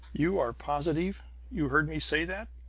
you are positive you heard me say that?